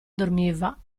dormiva